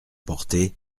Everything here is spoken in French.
porté